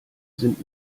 sind